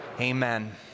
Amen